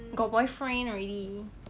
got boyfriend already